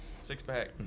six-pack